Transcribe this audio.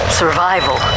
survival